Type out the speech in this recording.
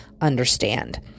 understand